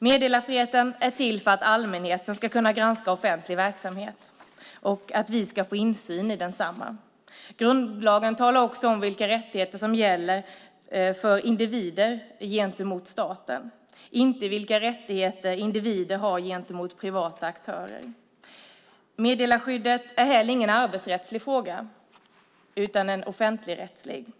Meddelarfriheten är till för att allmänheten ska kunna granska offentlig verksamhet och för att vi ska få insyn i densamma. Grundlagen talar om vilka rättigheter individer har gentemot staten - inte vilka rättigheter individer har gentemot privata aktörer. Meddelarskyddet är heller ingen arbetsrättslig fråga utan en offentligrättslig fråga.